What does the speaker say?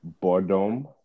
boredom